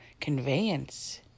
conveyance